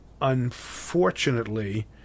unfortunately